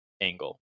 angle